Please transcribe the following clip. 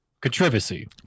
Controversy